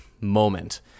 moment